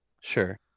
Sure